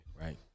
Right